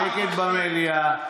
שקט במליאה.